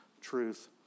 truth